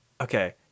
okay